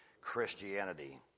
Christianity